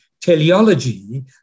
teleology